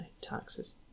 taxes